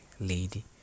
lady